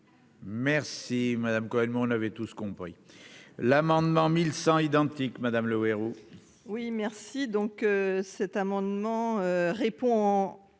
Merci. Madame Cohen, mais on avait tous compris l'amendement cent identiques, madame le héros. Oui merci, donc cet amendement répond en